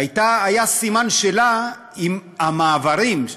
והיה סימן שאלה אם המעברים,